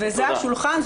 וזה השולחן.